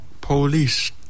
police